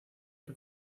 que